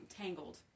Tangled